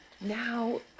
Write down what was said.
now